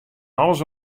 alles